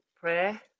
prayer